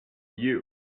you